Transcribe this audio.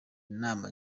nama